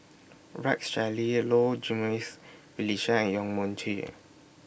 Rex Shelley Low Jimenez Felicia and Yong Mun Chee